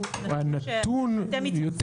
שהוא נתון שאתם מתייחסים אליו.